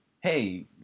hey